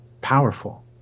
powerful